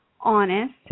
honest